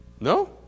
No